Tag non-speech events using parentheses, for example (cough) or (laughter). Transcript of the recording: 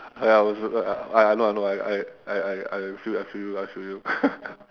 ya I was I I I know I know I I I I feel you I feel you (laughs)